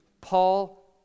Paul